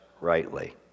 rightly